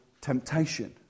temptation